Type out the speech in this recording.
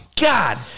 God